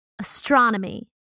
astronomy